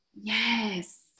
Yes